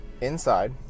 inside